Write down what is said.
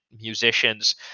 musicians